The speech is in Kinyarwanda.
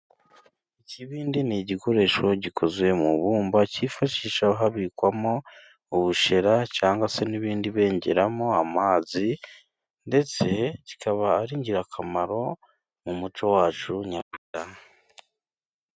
Ikibindi ni igikoresho gikozwe mu ibumba cyifashishwa habikwamo ubushera cyangwa se n'ibindi bengeramo amazi ndetse kikaba ari ingirakamaro mu muco wacu nyarwanda.